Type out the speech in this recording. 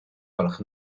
gwelwch